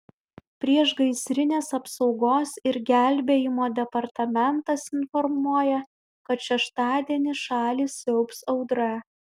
priešgaisrinės apsaugos ir gelbėjimo departamentas informuoja kad šeštadienį šalį siaubs audra